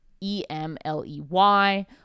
E-M-L-E-Y